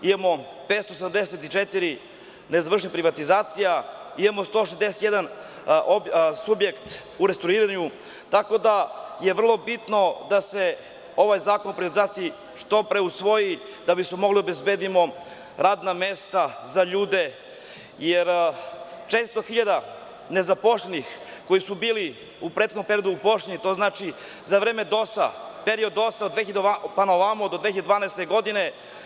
Imamo 584 nezavršenih privatizacija, imamo 161 subjekt u restrukturiranju, tako da je vrlo bitno da se ovaj zakon o privatizaciji što pre usvoji da bismo mogli da obezbedimo radna mesta za ljude, jer 400.000 nezaposlenih koji su bili u prethodnom periodu zaposleni, to znači za vreme DOS, period DOS od 2000. pa do 2012. godine.